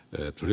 lötly